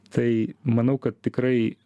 tai manau kad tikrai